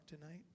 tonight